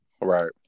Right